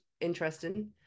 interesting